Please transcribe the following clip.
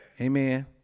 Amen